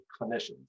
clinicians